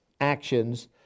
actions